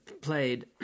played